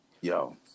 Yo